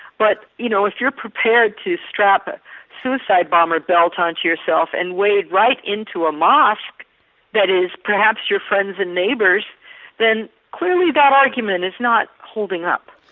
but you know if you're prepared to strap a suicide bomber belt onto yourself and wade right into a mosque that is perhaps your friends' and neighbours' then clearly that argument is not holding up.